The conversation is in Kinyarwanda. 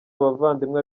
abavandimwe